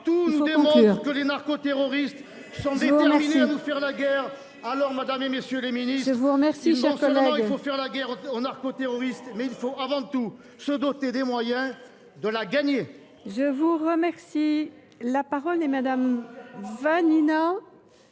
tout nous démontre que les narcoterroristes sont déterminés à nous faire la guerre. Fini ! Non seulement il faut faire la guerre aux narcoterroristes, mais il faut avant tout se doter des moyens de la gagner